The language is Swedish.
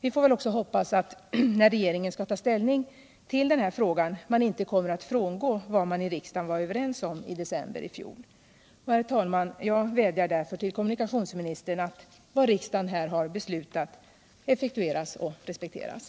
Vi får väl också hoppas att regeringen när den skall ta ställning till den här frågan inte kommeratt frångå vad man i riksdagen var överens om i december i fjol. Herr talman! Jag vädjar därför till kommunikationsministern att vad riksdagen här har beslutat effektueras och respekteras.